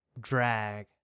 drag